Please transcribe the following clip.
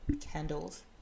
candles